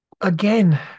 Again